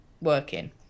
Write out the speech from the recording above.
working